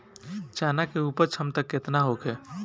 चना के उपज क्षमता केतना होखे?